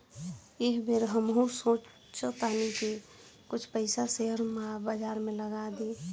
एह बेर हमहू सोचऽ तानी की कुछ पइसा शेयर बाजार में लगा दी